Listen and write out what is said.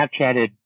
Snapchatted